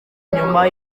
nyuma